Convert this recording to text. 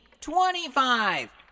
twenty-five